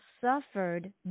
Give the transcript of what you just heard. suffered